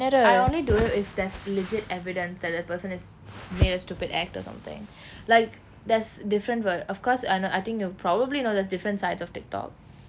I only do it if there's legit evidence that the person is made a stupid act or something like there's different ver~ of course uh I no I think you probably you know there's different sides of Tik Tok